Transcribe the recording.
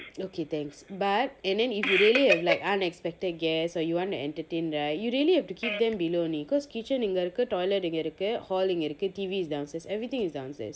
okay thanks but and then if you really have unexpected guests or you want to entertain right you really have to keep them below only because kitchen இங்க இருக்கு:inga irukku toilet இங்க இருக்கு:inga irukku hall இங்க இருக்கு:inga irukku T_V is downstairs everything is downstairs